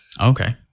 Okay